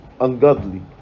ungodly